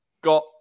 got